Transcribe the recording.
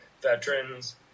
veterans